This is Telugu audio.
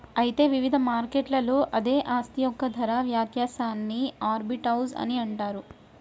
అయితే వివిధ మార్కెట్లలో అదే ఆస్తి యొక్క ధర వ్యత్యాసాన్ని ఆర్బిటౌజ్ అని అంటారు